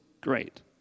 great